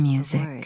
Music